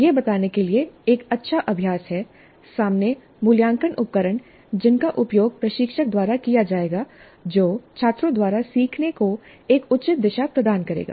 यह बताने के लिए एक अच्छा अभ्यास है सामने मूल्यांकन उपकरण जिनका उपयोग प्रशिक्षक द्वारा किया जाएगा जो छात्रों द्वारा सीखने को एक उचित दिशा प्रदान करेगा